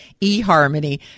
eHarmony